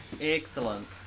Excellent